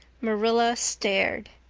marilla stared.